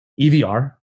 EVR